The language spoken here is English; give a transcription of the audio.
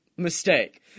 Mistake